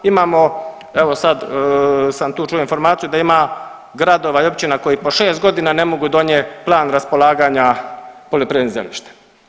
Imamo evo sad sam čuo tu informaciju da ima gradova i općina koji po šest godina ne mogu donijet plan raspolaganja poljoprivrednim zemljištem.